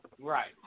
Right